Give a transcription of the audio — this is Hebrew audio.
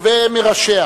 ומראשיה,